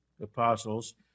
apostles